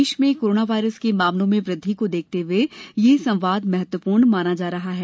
देश में corona virus के मामलों में वृद्वि को देखते हुए यह संवाद महत्वपूर्ण माना जा रहा है